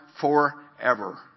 forever